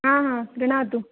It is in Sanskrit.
हा हा गृह्णातु